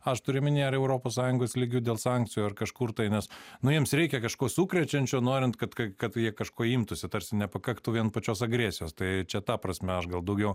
aš turiu omeny ar europos sąjungos lygiu dėl sankcijų ar kažkur tai nes nu jiems reikia kažko sukrečiančio norint kad kad jie kažko imtųsi tarsi nepakaktų vien pačios agresijos tai čia ta prasme aš gal daugiau